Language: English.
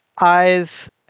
eyes